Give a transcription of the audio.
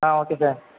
ah okay sir